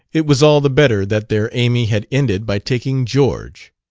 it was all the better that their amy had ended by taking george.